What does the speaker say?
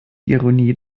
ironie